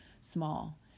small